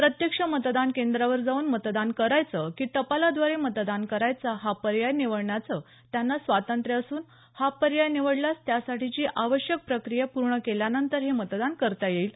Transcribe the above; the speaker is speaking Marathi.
प्रत्यक्ष मतदान केंद्रावर जाऊन मतदान करायचं की टपालाद्वारे मतदान करायचं हा पर्याय निवडण्याचं त्यांना स्वांतत्र्य असून हा पर्याय निवडल्यास त्यासाठीची आवश्यक प्रक्रिया पूर्ण केल्यानंतर हे मतदान करता येईल